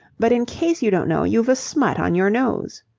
but in case you don't know, you've a smut on your nose.